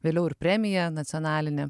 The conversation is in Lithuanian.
vėliau ir premija nacionaline